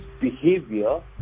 behavior